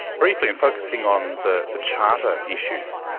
briefly, and focusing on the the charter issues.